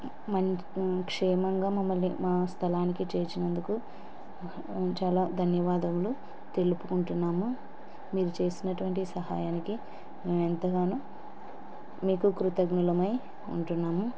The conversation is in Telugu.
మం క్షేమంగా మమ్మల్ని మా స్థలానికి చేర్చినందుకు చాలా ధన్యవాదములు తెలుపుకుంటున్నాము మీరు చేసినటువంటి సహాయానికి మేము ఎంతగానో మీకు కృతజ్ఞులమై ఉంటున్నాము